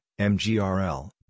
MGRL